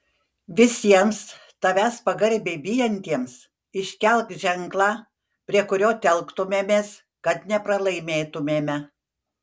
visiems tavęs pagarbiai bijantiems iškelk ženklą prie kurio telktumėmės kad nepralaimėtumėme